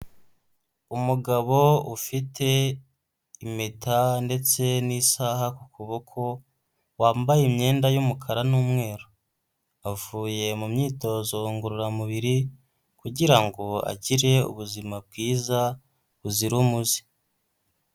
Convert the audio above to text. Umugabo ufite impeta ndetse n'isaha ku kuboko, wambaye imyenda y'umukara n'umweru. Avuye mu myitozo ngororamubiri kugira ngo agire ubuzima bwiza buzira umuze.